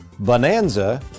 Bonanza